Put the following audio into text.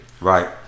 Right